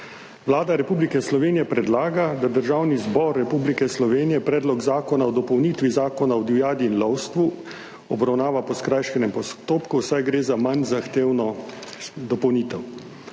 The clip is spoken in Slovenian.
Vlada Republike Slovenije predlaga, da Državni zbor Republike Slovenije Predlog zakona o dopolnitvi Zakona o divjadi in lovstvu obravnava po skrajšanem postopku, saj gre za manj zahtevno dopolnitev.